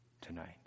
Tonight